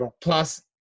plus